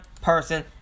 person